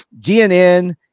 GNN